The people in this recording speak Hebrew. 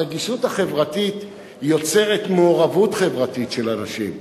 הרגישות החברתית יוצרת מעורבות חברתית של אנשים.